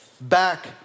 Back